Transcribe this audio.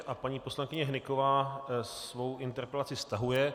A paní poslankyně Hnyková svou interpelaci stahuje.